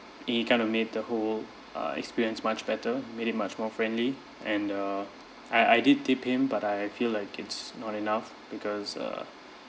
he kind of made the whole uh experience much better made it much more friendly and uh I I did tip him but I feel like it's not enough because err